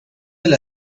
del